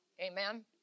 Amen